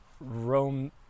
Roam